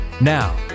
Now